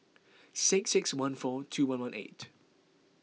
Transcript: six six one four two one one eight